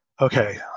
okay